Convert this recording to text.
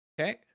Okay